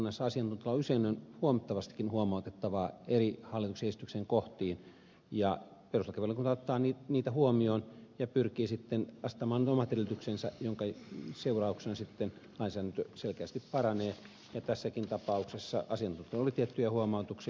perustuslakivaliokunnassa asiantuntijoilla usein on huomattavastikin huomautettavaa hallituksen esityksen eri kohtiin ja perustuslakivaliokunta ottaa niitä huomioon ja pyrkii sitten vastaamaan omien edellytystensä mukaan minkä seurauksena sitten lainsäädäntö selkeästi paranee ja tässäkin tapauksessa asiantuntijoilla oli tiettyjä huomautuksia